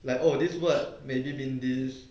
like oh this word maybe mean this